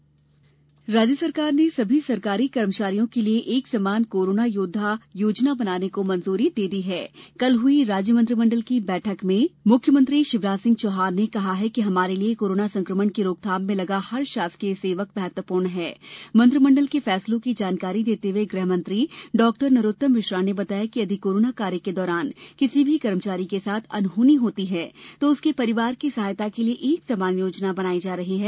कर्मचारी लाभ राज्य सरकार ने सभी सरकारी कर्मचारियों के लिए एक सामान कोरोना योद्दा बनाने को मंजूरी दे दी है कल हुई राज्य मंत्रिमंडल की बैठक में मुख्यमंत्री शिवराज सिंह चौहान ने कहा कि हमारे लिए कोरोना संक्रमण की रोकथाम में लगा हर शासकीय सेवक महत्वपूर्ण है मंत्रिमंडल के फैसलों की जानकारी देते हुए गृह मंत्री डा नरोत्तम मिश्रा ने बताया कि यदि कोरोना कार्य के दौरान किसी भी कर्मचारी के साथ अनहोनी होती है तो उसके परिवार की सहायता के लिए एक सामान योजना बनायी जा रही है